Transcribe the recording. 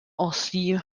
aussi